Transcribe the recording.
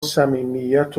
صمیمیت